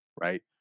right